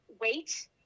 wait